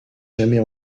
jamais